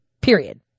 period